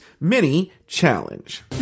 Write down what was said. mini-challenge